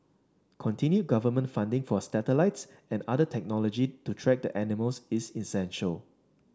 continued government funding for satellites and other technology to track the animals is essential